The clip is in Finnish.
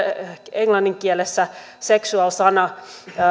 englannin kielessä sexual sana